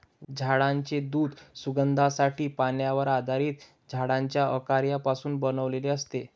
झाडांचे दूध सुगंधासाठी, पाण्यावर आधारित झाडांच्या अर्कापासून बनवलेले असते